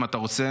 אם אתה רוצה,